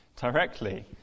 directly